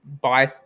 buy